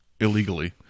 illegally